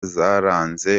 zaranze